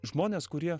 žmonės kurie